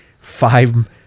five